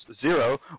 Zero